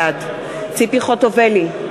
בעד ציפי חוטובלי,